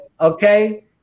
Okay